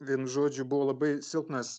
vienu žodžiu buvo labai silpnas